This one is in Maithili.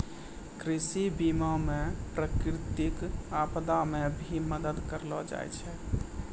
कृषि बीमा मे प्रकृतिक आपदा मे भी मदद करलो जाय छै